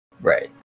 Right